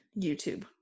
YouTube